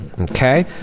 Okay